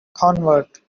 convert